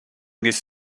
this